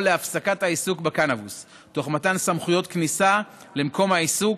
להפסקת העיסוק בקנבוס תוך מתן סמכויות כניסה למקום העיסוק,